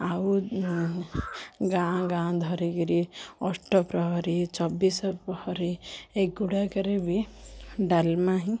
ଆଉ ଗାଁ ଗାଁ ଧରିକରି ଅଷ୍ଟପ୍ରହରୀ ଚବିଶପ୍ରହରୀ ଏଗୁଡ଼ାକରେ ବି ଡାଲମା ହିଁ